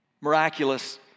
miraculous